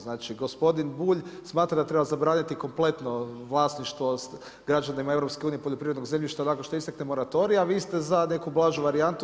Znači, gospodin Bulj, smatra da treba zabraniti kompletno vlasništvo građanima EU, poljoprivrednog zemljišta, nakon što istekne moratorij, a vi ste za neku blažu varijantu.